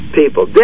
people